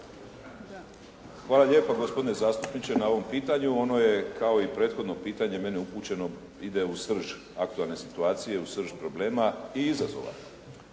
Hvala lijepa gospodine zastupniče na ovom pitanju. Ono je kao i prethodno pitanje meni upućeno, ide u srž aktualne situacije, u srž problema i izazova.